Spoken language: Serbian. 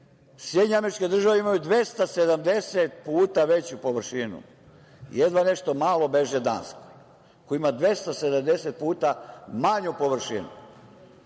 Sjedinjene Američke Države imaju 270 puta veću površinu, jedva nešto malo beže Danskoj koja ima 270 puta manju površinu,